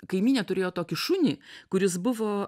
kaimynė turėjo tokį šunį kuris buvo